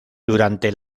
durante